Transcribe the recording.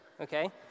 okay